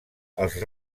els